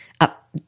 up